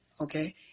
okay